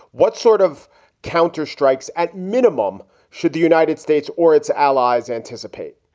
what sort of counter strikes at minimum should the united states or its allies anticipate?